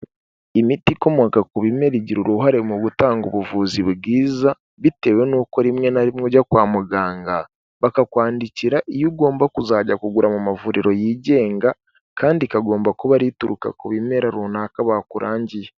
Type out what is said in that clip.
Imiti ikomoka ku bimera igira uruhare mu gutanga ubuvuzi bwiza, bitewe n'uko rimwe na rimwe ujya kwa muganga, bakakwandikira iyo ugomba kuzajya kugura mu mavuriro yigenga kandi ikagomba kuba ari ituruka ku bimera runaka bakurangiye.